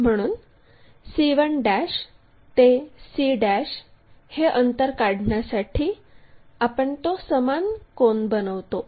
म्हणून c1 ते c हे अंतर काढण्यासाठी आपण तो समान कोन बनवतो